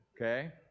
okay